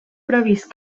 previst